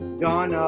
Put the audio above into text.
dawn,